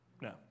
No